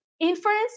Inference